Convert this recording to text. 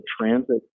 transit